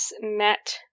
met